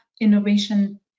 innovation